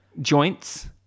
Joints